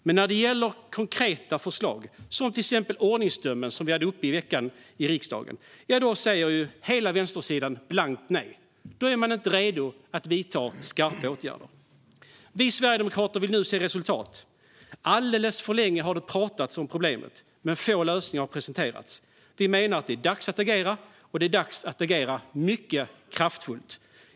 Men när det gäller konkreta förslag, såsom ordningsomdömen, som vi hade uppe i riksdagen i veckan, säger hela vänstersidan blankt nej. Då är man inte reda att vidta skarpa åtgärder. Vi sverigedemokrater vill se resultat. Alldeles för länge har det talats om problemet, men få lösningar har presenterats. Vi menar att det är dags att agera och det mycket kraftfullt.